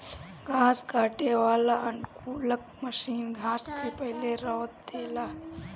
घास काटे वाला अनुकूलक मशीन घास के पहिले रौंद देला